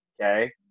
okay